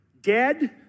dead